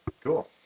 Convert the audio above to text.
cool